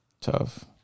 Tough